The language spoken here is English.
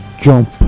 jump